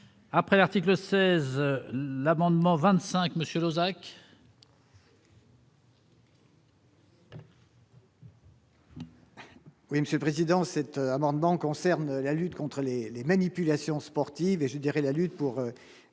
après article 16 l'abondement 25 Monsieur Lozach. Oui Monsieur Président cet amendement concerne la lutte contre les les manipulations sportives et je dirais la lutte pour